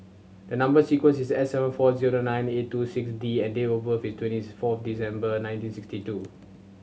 a number sequence is S seven four zero nine eight two six D and date of birth is twentieth four December nineteen sixty two